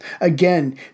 Again